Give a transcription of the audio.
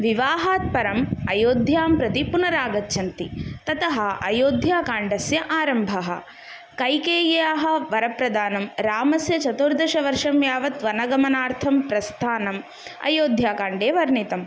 विवाहात् परम् अयोध्यां प्रति पुनरागच्छन्ति ततः अयोध्याकाण्डस्य आरम्भः कैकेय्याः वरप्रदानं रामस्य चतुर्दशवर्षं यावत् वनगमनार्थं प्रस्थानम् अयोध्याकाण्डे वर्णितम्